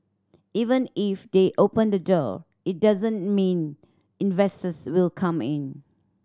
even if they open the door it doesn't mean investors will come in